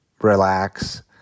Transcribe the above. relax